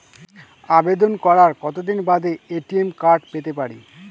আবেদন করার কতদিন বাদে এ.টি.এম কার্ড পেতে পারি?